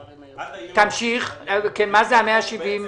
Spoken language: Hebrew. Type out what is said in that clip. תמשיך, מה זה 170?